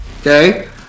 okay